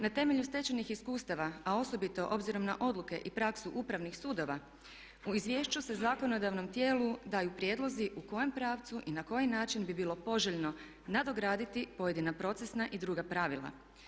Na temelju stečenih iskustava a osobito obzirom na odluke i praksu upravnih sudova u Izvješću se u zakonodavnom tijelu daju prijedlozi u kojem pravcu i na koji način bi bilo poželjno nadograditi pojedina procesna i druga pravila.